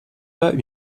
pas